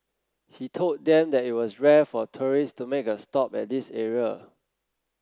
he told them that it was rare for tourists to make a stop at this area